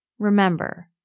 Remember